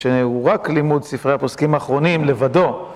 שהוא רק לימוד ספרי הפוסקים האחרונים לבדו.